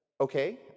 okay